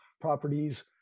properties